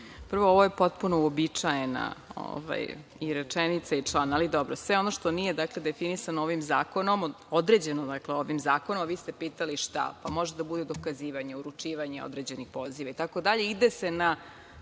Prvo, ovo je potpuno uobičajena i rečenica i član, ali dobro. Sve ono što nije, dakle, definisano ovim zakonom, tj. određeno ovim zakonom, a viste pitali šta, pa može da bude dokazivanje, uručivanje određenih poziva itd.